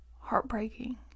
heartbreaking